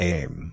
Aim